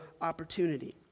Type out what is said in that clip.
opportunity